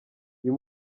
uyu